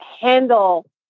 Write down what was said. handle